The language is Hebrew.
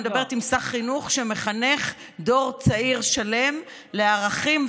אני מדברת עם שר חינוך שמחנך דור צעיר שלם לערכים,